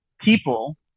people